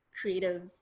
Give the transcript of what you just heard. creative